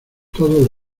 todo